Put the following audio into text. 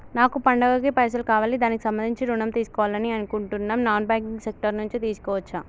నాకు పండగ కి పైసలు కావాలి దానికి సంబంధించి ఋణం తీసుకోవాలని అనుకుంటున్నం నాన్ బ్యాంకింగ్ సెక్టార్ నుంచి తీసుకోవచ్చా?